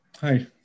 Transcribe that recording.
Hi